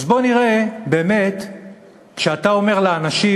אז בוא נראה מה באמת קורה כשאתה אומר לאנשים: